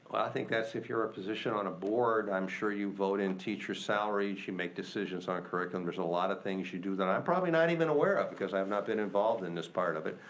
think that's if you're a position on a board, i'm sure you vote in teacher's salaries, you make decisions on curriculum, there's a lot of things you do that i'm probably not even aware of because i have not been involved in this part of it.